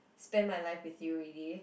spend my life with you already